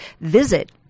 Visit